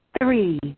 Three